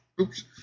oops